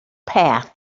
path